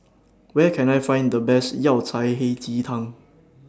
Where Can I Find The Best Yao Cai Hei Ji Tang